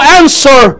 answer